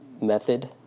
method